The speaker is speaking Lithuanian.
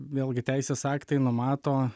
vėlgi teisės aktai numato